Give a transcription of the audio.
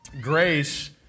grace